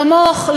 כמוך,